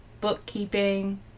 bookkeeping